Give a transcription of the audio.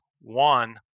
One